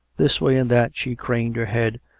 this way and that she craned her head,